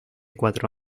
cuatro